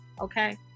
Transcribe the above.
Okay